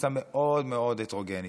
קבוצה מאוד מאוד הטרוגנית,